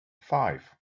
five